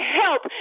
help